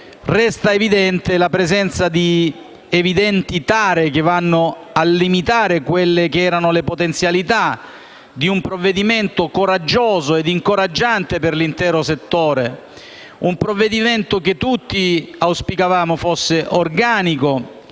resta evidente la presenza di tare, che limitano quelle che erano le potenzialità di un provvedimento coraggioso e incoraggiante per l'intero settore; un provvedimento che tutti auspicavano fosse organico